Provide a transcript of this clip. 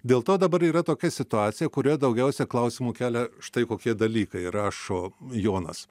dėl to dabar yra tokia situacija kurioje daugiausiai klausimų kelia štai kokie dalykai rašo jonas